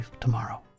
tomorrow